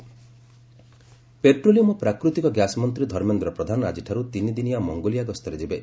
ପ୍ରଧାନ Mongolia petroleum ଓ ପ୍ରାକୃତିକ gas ମନ୍ତ୍ରୀ ଧର୍ମେନ୍ଦ୍ର ପ୍ରଧାନ ଆଜିଠାରୁ ତିନିଦିନିଆ ମଙ୍ଗୋଲିଆ ଗସ୍ତରେ ଯିବେ